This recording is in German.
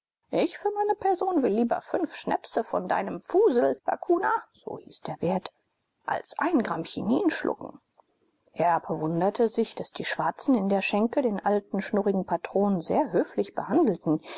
ich für meine person will lieber fünf schnäpse von deinem fusel bakuna so hieß der wirt als ein gramm chinin schlucken erb wunderte sich daß die schwarzen in der schenke den alten schnurrigen patron sehr höflich behandelten